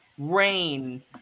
Rain